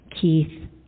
Keith